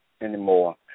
anymore